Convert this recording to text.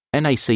NAC